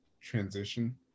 transition